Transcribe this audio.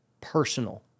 personal